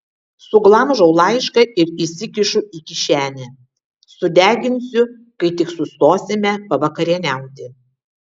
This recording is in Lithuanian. suglamžau laišką ir įsikišu į kišenę sudeginsiu kai tik sustosime pavakarieniauti